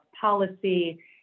policy